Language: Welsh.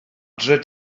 adref